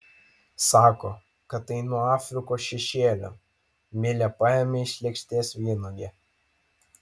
sako kad tai nuo afrikos šešėlio milė paėmė iš lėkštės vynuogę